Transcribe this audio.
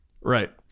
Right